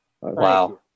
Wow